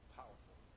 powerful